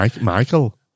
Michael